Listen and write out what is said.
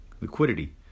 Liquidity